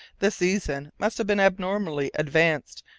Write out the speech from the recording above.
the season must have been abnormally advanced,